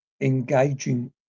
engaging